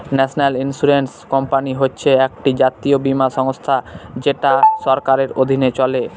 national insurance company হচ্ছে একটি জাতীয় বীমা সংস্থা যেটা সরকারের অধীনে চলে